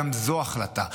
גם זו החלטה.